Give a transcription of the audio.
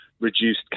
reduced